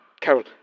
Carol